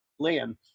Liam